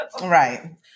Right